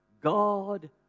God